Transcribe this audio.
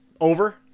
Over